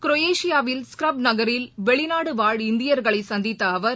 குரேஷியாவில் Zagreb நகரில் வெளிநாடுவாழ் இந்தியர்களைசந்தித்தஅவர்